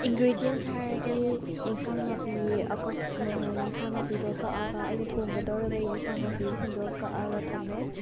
ingredients ꯍꯥꯏꯔꯗꯤ ꯑꯦꯟꯁꯥꯡ ꯅꯥꯄꯤ ꯑꯀꯛ ꯑꯦꯟꯁꯥꯡ ꯅꯥꯄꯤꯗꯣ ꯀꯛꯑꯒ ꯑꯩꯅ ꯊꯣꯡꯒꯗꯧꯔꯤꯕ ꯑꯦꯟꯁꯥꯡ ꯅꯥꯄꯤꯁꯤꯡꯗꯣ ꯀꯛꯑꯒ ꯊꯝꯃꯦ